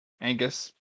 Angus